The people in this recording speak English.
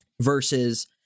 versus